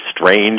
strange